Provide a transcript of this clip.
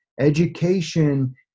Education